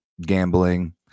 gambling